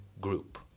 group